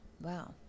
Wow